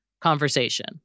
conversation